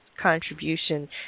contribution